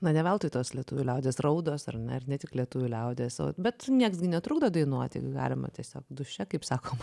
na ne veltui tos lietuvių liaudies raudos ar ne ir ne tik lietuvių liaudies o bet nieks gi netrukdo dainuoti galima tiesiog duše kaip sakoma